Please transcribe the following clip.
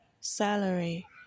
salary